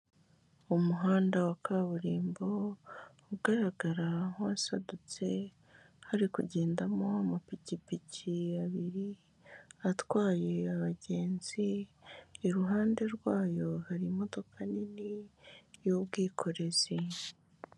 Umuhanda wa kaburimbo ugaragara nk'uwasadutse, hari kugendamo amapikipiki abiri, atwaye abagenzi, iruhande rwayo hari imodoka nini y'ubwikorezi.